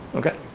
okay?